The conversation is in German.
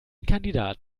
kandidat